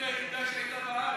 היחידה שהייתה בארץ,